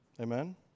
Amen